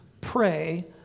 pray